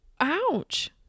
Ouch